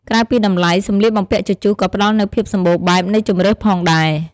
ក្រៅពីតម្លៃ សម្លៀកបំពាក់ជជុះក៏ផ្ដល់នូវភាពសម្បូរបែបនៃជម្រើសផងដែរ។